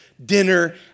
Dinner